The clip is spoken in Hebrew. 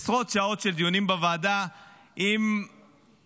עשרות שעות של דיונים בוועדה עם מיליון